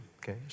Okay